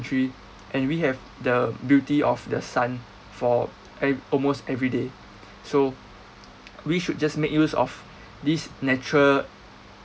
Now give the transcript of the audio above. country and we have the beauty of the sun for ev~ almost everyday so we should just make use of this natural